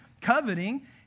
coveting